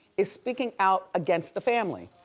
is speaking out against the family.